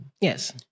Yes